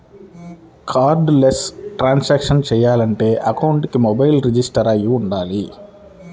cardless cash transactions చెయ్యాలంటే అకౌంట్కి mobile register అయ్యి వుండాలి